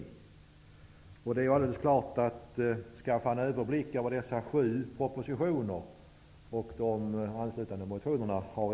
Det har naturligtvis inte varit en enkel uppgift att skaffa sig en överblick över dessa sju propositioner och de därtill anslutna motionerna.